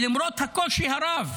למרות הקושי הרב